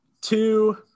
Two